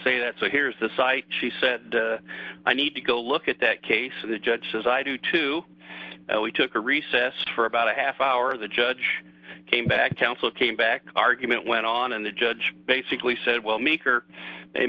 say that so here's the site she said i need to go look at that case and the judge says i do too and we took a recess for about a half hour the judge came back down so it came back argument went on and the judge basically said well meeker they